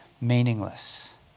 meaningless